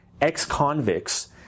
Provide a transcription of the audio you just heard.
ex-convicts